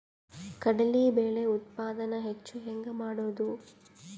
ಕಡಲಿ ಬೇಳೆ ಉತ್ಪಾದನ ಹೆಚ್ಚು ಹೆಂಗ ಮಾಡೊದು?